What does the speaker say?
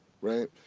right